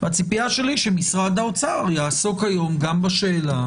והציפייה שלי היא שמשרד האוצר יעסוק היום גם בשאלה,